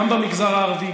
כמובן: גם במגזר הערבי,